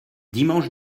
dimanche